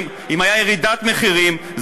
אם הייתה ירידת מחירים,